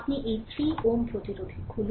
এখন আপনি এই 3 Ω প্রতিরোধের খুলুন